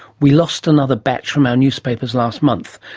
we lost another batch from our newspapers last month.